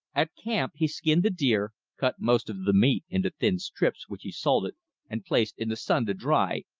at camp he skinned the deer, cut most of the meat into thin strips which he salted and placed in the sun to dry,